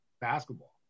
basketball